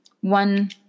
one